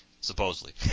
supposedly